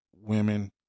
women